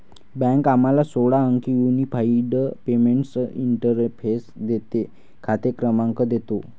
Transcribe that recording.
bank आम्हाला सोळा अंकी युनिफाइड पेमेंट्स इंटरफेस देते, खाते क्रमांक देतो